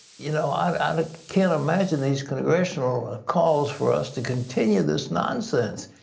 you know, i like can't imagine these congressional calls for us to continue this nonsense.